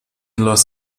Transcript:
los